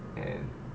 and